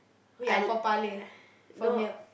ya for for milk